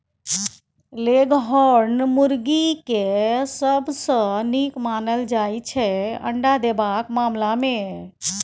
leghorn मुरगी केँ सबसँ नीक मानल जाइ छै अंडा देबाक मामला मे